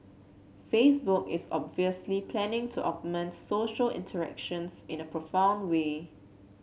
Facebook is obviously planning to augment social interactions in a profound way